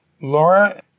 Laura